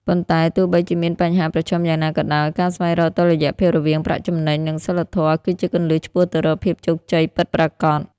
ប៉ុន្តែ ទោះបីជាមានបញ្ហាប្រឈមយ៉ាងណាក៏ដោយ ការស្វែងរកតុល្យភាពរវាងប្រាក់ចំណេញ និងសីលធម៌ គឺជាគន្លឹះឆ្ពោះទៅរកភាពជោគជ័យពិតប្រាកដ។